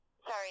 Sorry